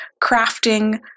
crafting